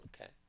Okay